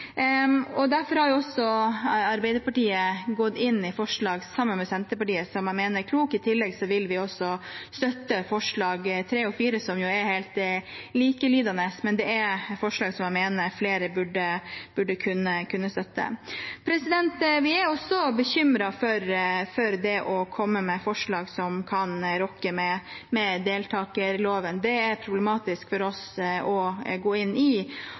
Derfor har Arbeiderpartiet gått inn i forslag sammen med Senterpartiet som jeg mener er kloke. I tillegg vil vi støtte forslagene nr. 3 og 4, som jo er helt likelydende, men det er forslag som jeg mener flere burde kunne støtte. Vi er bekymret for å komme med forslag som kan rokke ved deltakerloven. Det er problematisk for oss å gå inn i.